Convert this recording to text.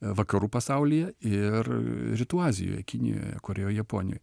vakarų pasaulyje ir rytų azijoje kinijoje korėjoj japonijoj